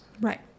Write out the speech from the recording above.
Right